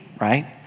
right